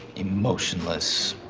emotionless,